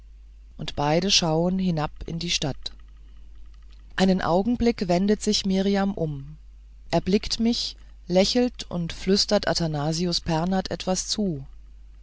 und beide schauen hinab in die stadt einen augenblick wendet sich mirjam um erblickt mich lächelt und flüstert athanasius pernath etwas zu